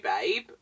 babe